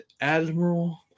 Admiral